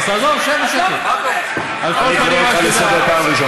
אז יראו את זה כאילו חרם על מדינת